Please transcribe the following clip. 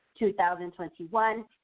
2021